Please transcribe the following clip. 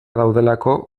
daudelako